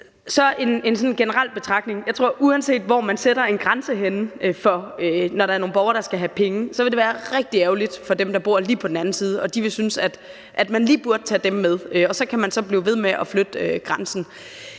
på det En generel betragtning er, at jeg tror, at det, uanset hvor man sætter en grænse, når der er nogle borgere, som skal have penge, vil være rigtig ærgerligt for dem, der bor lige på den anden side. De vil synes, at man lige burde tage dem med, og så kan man blive ved med at flytte grænsen.